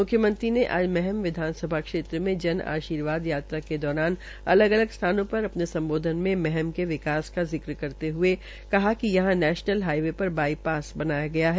मुख्यमंत्री ने आज महन विधानसभा क्षेत्र में जन आर्शीवाद यात्रा के दौरान अलग अलग स्थानों पर सम्बोधन पर सम्बोधन में महम के विकास का जिक्र करते हुये कहा कि यहां नैशनल हाइवे पर बाईपास बनाया गया है